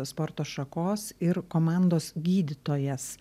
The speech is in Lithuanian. sporto šakos ir komandos gydytojas